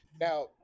Now